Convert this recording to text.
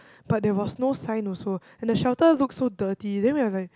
but there was no sign also and the shelter looks so dirty then we are like